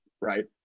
right